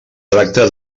tracta